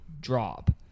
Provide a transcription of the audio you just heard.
drop